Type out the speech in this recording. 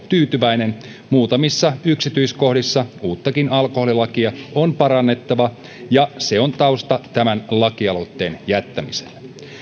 tyytyväinen muutamissa yksityiskohdissa uuttakin alkoholilakia on parannettava ja se on tausta tämän lakialoitteen jättämiselle